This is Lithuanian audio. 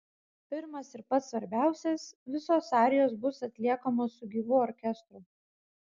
pirmas ir pats svarbiausias visos arijos bus atliekamos su gyvu orkestru